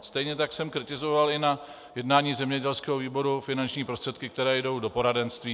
Stejně tak jsem kritizoval i na jednání zemědělského výboru finanční prostředky, které jdou do poradenství.